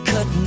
Cut